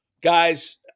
Guys